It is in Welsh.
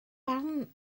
barn